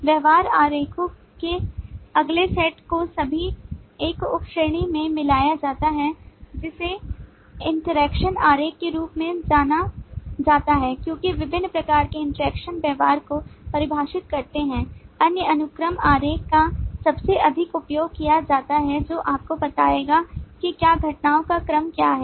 व्यवहार आरेखों के अगले सेट को सभी एक उप श्रेणी में मिलाया जाता है जिसे इंटरैक्शन आरेख के रूप में जाना जाता है क्योंकि विभिन्न प्रकार के इंटरैक्शन व्यवहार को परिभाषित करते हैं अन्य अनुक्रम आरेख का सबसे अधिक उपयोग किया जाता है जो आपको बताएगा कि क्या हुआ घटनाओं का क्रम क्या है